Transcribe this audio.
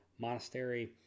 Monastery